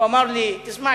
הוא אמר לי: תשמע,